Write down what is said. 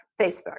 Facebook